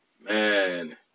man